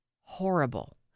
Horrible